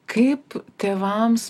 kaip tėvams